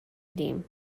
ﮐﺸﯿﺪﯾﻢ